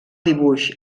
dibuix